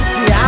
See